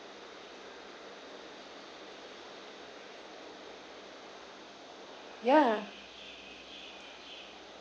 ya